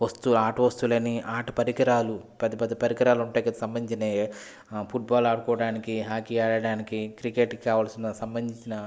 వస్తువు ఆట వస్తువులని ఆట పరికరాలు పెద్ద పెద్ద పరికరాలు ఉంటాయి కదా సంబంధించిన ఫుట్బాల్ ఆడుకోవడానికి హాకీ ఆడటానికి క్రికెట్కి కావలసిన సంబంధించిన